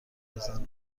بزن